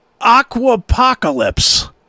Aquapocalypse